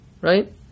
right